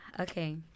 Okay